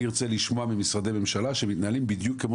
אני ארצה לשמוע ממשרדי ממשלה שמתנהלים בדיוק כמו